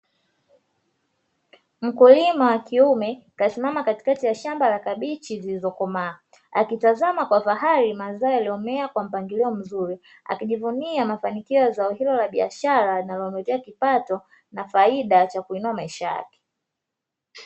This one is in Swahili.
Mkulima wa kiume kasimama katikati ya shamba la kabichi zilizokomaa akitazama kwa fahari mazao yaliyomea kwa mpangilio mzuri, akijivunia mafanikio ya zao hilo la biashara linalomletea kipato na faida cha kuinua maisha yake.